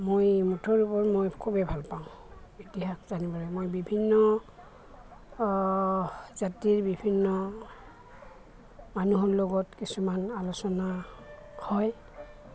মই মুঠৰ ওপৰত মই খুবেই ভাল পাওঁ ইতিহাস জানিবলৈ মই বিভিন্ন জাতিৰ বিভিন্ন মানুহৰ লগত কিছুমান আলোচনা হয়